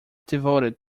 devoted